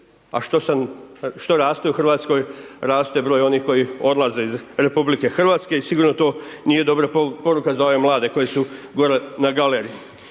a što raste u Hrvatskoj, raste broj onih koji odlaze iz RH i sigurno to nije dobra poruka za ove mlade koji su gore na galeriji.